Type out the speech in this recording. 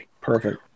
perfect